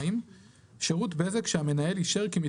הרעיון של הפטור הזה הוא שיש שירותים